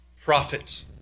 prophet